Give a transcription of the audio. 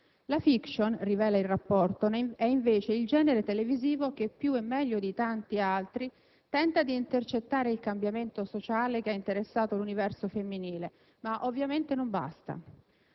La *fiction*, rivela il rapporto, è invece il genere televisivo che più e meglio di tanti altri tenta di intercettare il cambiamento sociale che ha interessato l'universo femminile. Ma ovviamente non basta.